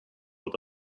wird